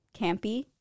Campy